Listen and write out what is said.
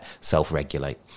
self-regulate